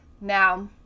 Now